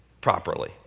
properly